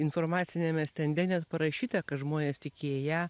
informaciniame stende net parašyta kad žmonės tikėję